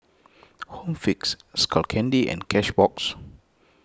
Home Fix Skull Candy and Cashbox